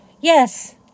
Yes